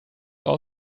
all